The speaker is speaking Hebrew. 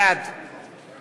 בעד